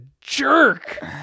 jerk